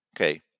Okay